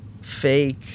fake